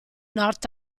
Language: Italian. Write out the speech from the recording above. north